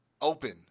open